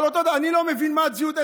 אני לא מבין מה הצביעות,